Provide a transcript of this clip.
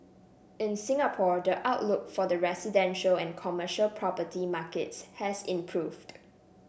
in Singapore the outlook for the residential and commercial property markets has improved